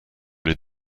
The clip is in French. les